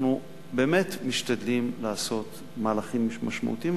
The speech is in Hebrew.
אנחנו באמת משתדלים לעשות מהלכים משמעותיים,